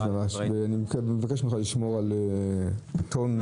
אני מבקש ממך לשמור על טון.